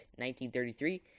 1933